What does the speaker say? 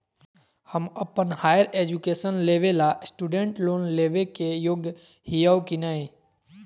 हम अप्पन higher education लेबे ला स्टूडेंट लोन लेबे के योग्य हियै की नय?